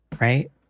right